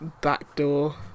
backdoor